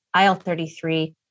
IL-33